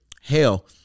hell